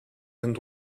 and